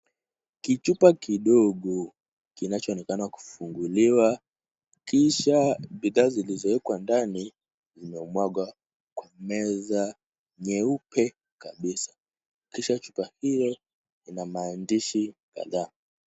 Kichupa kidogo kinacho onekana kufunguliwa, kisha bidhaa zilizoekwa ndani zimemwagwa kwa meza nyeupe kabisa, kisha chupa ile ina maandishi kadhaa.